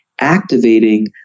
activating